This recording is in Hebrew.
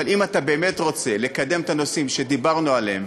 אבל אם אתה באמת רוצה לקדם את הנושאים שדיברנו עליהם,